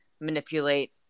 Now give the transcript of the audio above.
manipulate